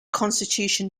constitution